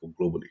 globally